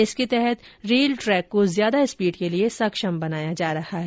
इसके तहत rail track को ज्यादा स्पीड के लिए सक्षम बनाया जा रहा है